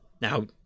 Now